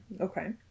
Okay